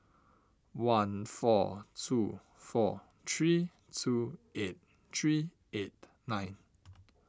one four two four three two eight three eight nine